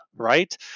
Right